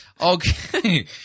Okay